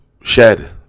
shed